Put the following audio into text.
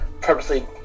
purposely